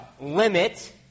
limit